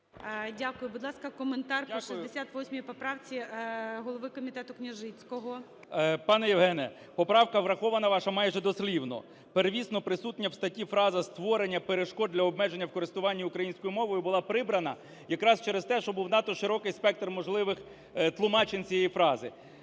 Дякую. Будь ласка, коментар по 68-й поправці голови комітету Княжицького. 16:47:32 КНЯЖИЦЬКИЙ М.Л. Пане Євгене, поправка врахована ваша майже дослівно. Первісно присутня в статті фраза "Створення перешкод та обмежень у користуванні українською мовою" була прибрана якраз через те, що був надто широкий спектр можливих тлумачень цієї фрази.